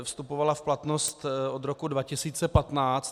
Vstupovala v platnost od roku 2015.